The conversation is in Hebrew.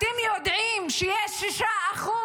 אתם יודעים ש-6%